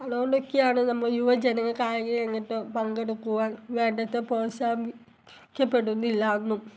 അതുകൊണ്ടൊക്കെയാണ് നമ്മൾ യുവജനങ്ങൾ കായിക രംഗത്ത് പങ്കെടുക്കുവാൻ വേണ്ടത്ര പ്രോത്സാഹിപ്പിക്കപ്പെടുന്നില്ല എന്നും